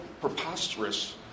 preposterous